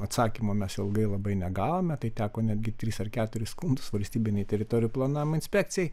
atsakymo mes ilgai labai negavome tai teko netgi tris ar keturis skundus valstybinei teritorijų planavimo inspekcijai